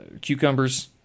cucumbers